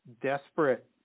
desperate